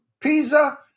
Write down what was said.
Pisa